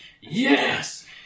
yes